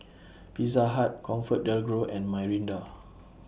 Pizza Hut ComfortDelGro and Mirinda